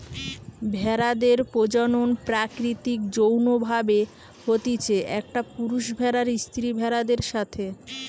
ভেড়াদের প্রজনন প্রাকৃতিক যৌন্য ভাবে হতিছে, একটা পুরুষ ভেড়ার স্ত্রী ভেড়াদের সাথে